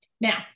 Now